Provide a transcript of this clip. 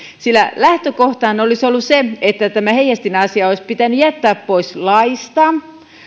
sillä muutenhan lähtökohta olisi ollut se että tämä heijastinasia olisi pitänyt jättää pois laista